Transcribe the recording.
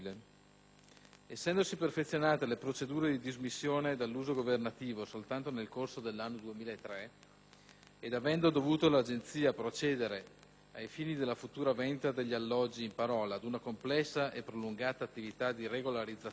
Essendosi perfezionate le procedure di dismissione dall'uso governativo soltanto nel corso dell'anno 2003, ed avendo dovuto l'Agenzia procedere, ai fini della futura vendita degli alloggi in parola, ad una complessa e prolungata attività di regolarizzazione